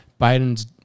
Biden's